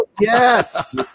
Yes